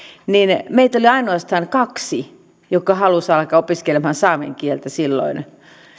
niin meitä oli ainoastaan kaksi jotka halusivat alkaa opiskelemaan saamen kieltä silloin